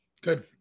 Good